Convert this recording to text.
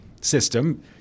system